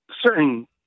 certain